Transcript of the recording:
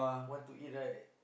want to eat right